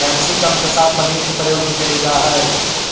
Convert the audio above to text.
capsicum के साथ पनीर के प्रयोग भी कैल जा हइ